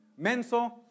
menso